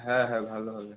হ্যাঁ হ্যাঁ ভালো হবে